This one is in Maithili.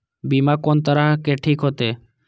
बीमा कोन तरह के ठीक होते?